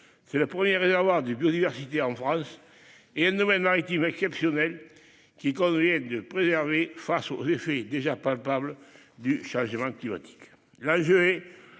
C'est le premier réservoir de biodiversité en France et un domaine maritime exceptionnel, qu'il convient de préserver face aux effets déjà palpables du changement climatique.